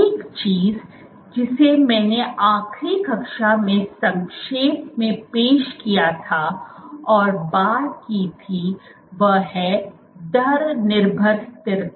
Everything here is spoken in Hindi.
एक चीज जिसे मैंने आखिरी कक्षा में संक्षेप में पेश किया था और बात की थी वह है दर निर्भर स्थिरता